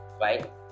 right